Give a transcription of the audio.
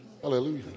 Hallelujah